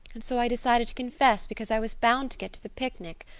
and so i decided to confess because i was bound to get to the picnic.